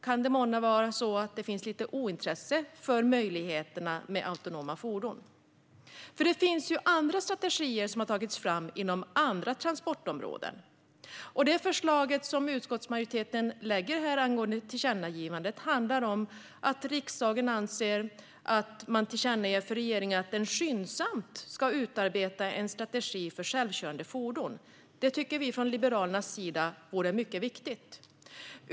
Kan det månne vara så att det finns lite ointresse för möjligheterna med autonoma fordon? Det finns andra strategier som har tagits fram inom andra transportområden. Det förslag som utskottsmajoriteten lägger fram angående tillkännagivandet handlar om att riksdagen tillkännager för regeringen att den skyndsamt ska utarbeta en strategi för självkörande fordon. Det tycker vi från Liberalerna vore mycket viktigt.